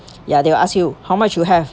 ya they will ask you how much you have